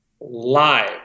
live